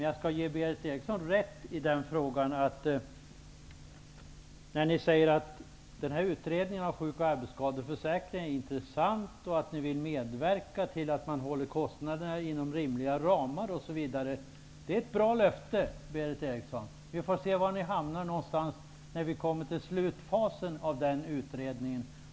Jag skall ge Berith Eriksson rätt i att det är ett bra löfte när ni i Vänsterpartiet säger att utredningen om sjuk och arbetsskadeförsäkringen är intressant och att ni vill medverka till att hålla kostnaderna inom rimliga ramar osv. Vi får se var ni hamnar någonstans när vi kommer till slutfasen i utredningen.